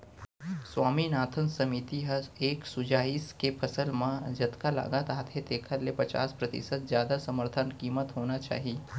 स्वामीनाथन समिति ह ए सुझाइस के फसल म जतका लागत आथे तेखर ले पचास परतिसत जादा समरथन कीमत होना चाही